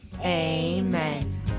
Amen